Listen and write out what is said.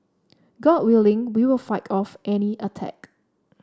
god willing we will fight off any attack